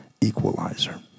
equalizer